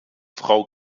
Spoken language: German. frau